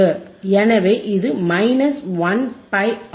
எனவே இது minus 1 by R